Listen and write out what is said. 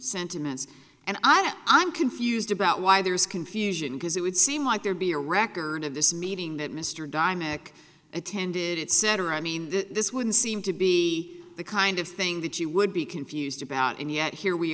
sentiments and i'm confused about why there is confusion because it would seem like there be a record of this meeting that mr dymock attended its center i mean this would seem to be the kind of thing that you would be confused about and yet here we